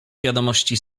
wiadomości